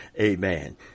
Amen